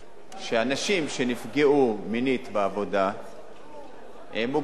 הוא שאנשים שנפגעו מינית בעבודה הם מוגנים.